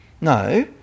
No